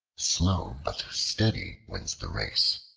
slow but steady wins the race.